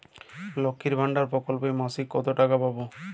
লক্ষ্মীর ভান্ডার প্রকল্পে মাসিক কত টাকা পাব?